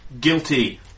guilty